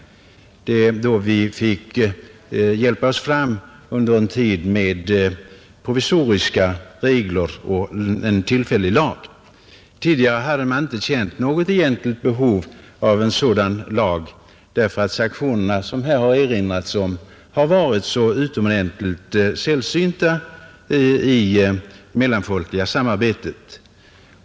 Vi fick hjälpa oss fram under en tid med improvisationer och en tillfällig lag. Tidigare hade man inte känt något egentligt behov av en sådan lag, då sanktionerna — som det här erinrats om — har varit så utomordentligt sällsynta i det mellanfolkliga samarbetet.